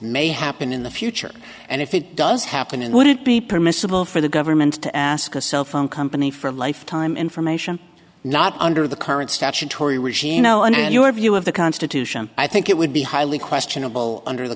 may happen in the future and if it does happen it would it be permissible for the government to ask a cell phone company for a life time information not under the current statutory regime and in your view of the constitution i think it would be highly questionable under the